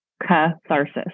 Catharsis